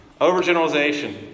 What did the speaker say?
Overgeneralization